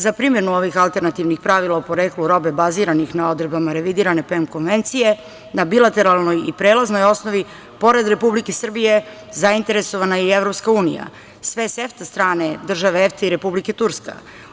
Za primenu ovih alternativnih pravila o poreklu robe baziranih na odredbama revidirane PEM konvencije, na bilateralnoj i prelaznoj osnovi, pored Republike Srbije zainteresovana je i EU, sve SEFTA strane, države EFTA i Republika Turska.